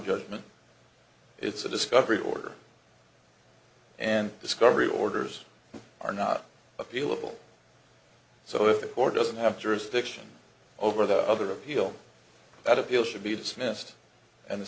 judgment it's a discovery order and discovery orders are not appealable so if court doesn't have jurisdiction over the other appeal that appeal should be dismissed and